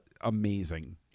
amazing